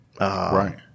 Right